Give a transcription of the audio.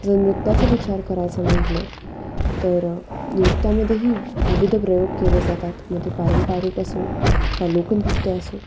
जर नृत्याचा विचार करायचा म्हटलं तर नृत्यामध्येही व्ह विविध प्रयोग केले जातात मग ते पारंपरिक असो अथवा लोकनृत्य असो